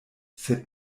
sed